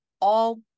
All-